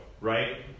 right